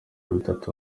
bitatu